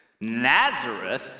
Nazareth